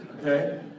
Okay